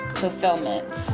fulfillment